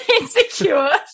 insecure